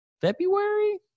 February